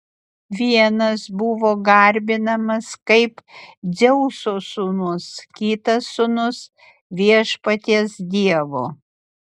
vienas buvo garbinamas kaip dzeuso sūnus kitas sūnus viešpaties dievo